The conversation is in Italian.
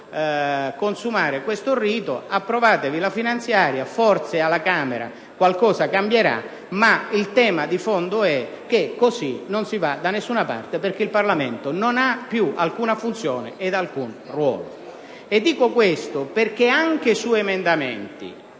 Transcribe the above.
qui a consumare questo rito: approvatevi la finanziaria; forse alla Camera qualcosa cambierà, ma il tema di fondo è che così non si va da nessuna parte, perché il Parlamento non ha più alcuna funzione ed alcun ruolo. Dico questo perché ritengo che obiettivamente